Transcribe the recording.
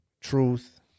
truth